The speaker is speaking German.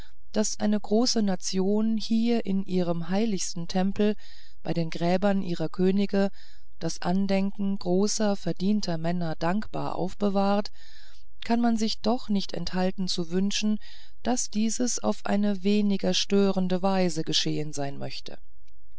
daß eine große nation hier in ihrem heiligsten tempel bei den gräbern ihrer könige das andenken großer verdienter männer dankbar aufbewahrt so kann man sich doch nicht enthalten zu wünschen daß dieses auf eine weniger störende weise geschehen sein möchte